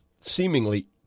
seemingly